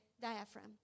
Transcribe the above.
diaphragm